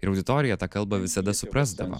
ir auditorija tą kalbą visada suprasdavo